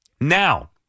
Now